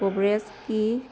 ꯄ꯭ꯔꯣꯒ꯭ꯔꯦꯁꯀꯤ